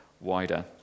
wider